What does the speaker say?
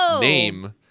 name